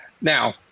now